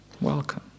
welcome